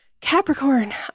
Capricorn